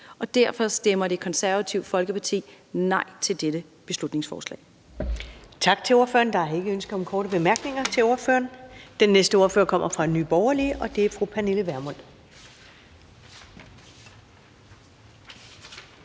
Derfor stemmer Det Konservative Folkeparti nej til dette beslutningsforslag.